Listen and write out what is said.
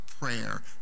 prayer